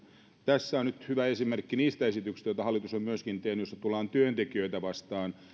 tässä on nyt hyvä esimerkki niistä esityksistä joita hallitus on myöskin tehnyt joissa tullaan työntekijöitä vastaan